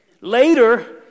Later